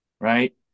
Right